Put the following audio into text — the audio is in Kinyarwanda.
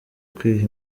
kwiha